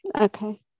Okay